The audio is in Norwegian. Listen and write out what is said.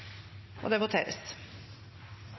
og det voteres